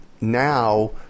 now